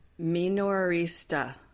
minorista